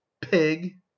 pig